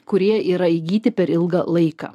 kurie yra įgyti per ilgą laiką